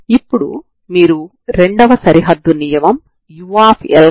ఇప్పుడు మీరు ఈ ప్రారంభ సమాచారం u2x00 ని పరిగణలోకి తీసుకుంటారు